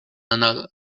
another